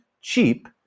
cheap